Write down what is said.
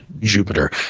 Jupiter